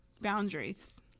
Boundaries